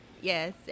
Yes